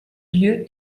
lieu